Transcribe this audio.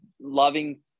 loving